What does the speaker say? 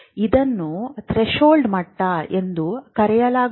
ಇದನ್ನು ಥ್ರೆಶೋಲ್ಡ್ ಮಟ್ಟ ಎಂದು ಕರೆಯಲಾಗುತ್ತದೆ